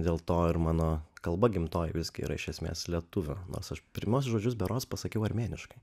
dėl to ir mano kalba gimtoji visgi yra iš esmės lietuvių nors aš pirmus žodžius berods pasakiau armėniškai